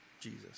Jesus